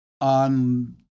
on